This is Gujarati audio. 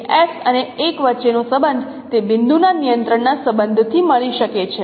તેથી x અને l વચ્ચેનો સંબંધ તે બિંદુના નિયંત્રણના સંબંધથી મળી શકે છે